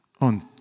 on